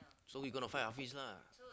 so we going to find our feast lah